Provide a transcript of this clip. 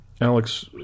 Alex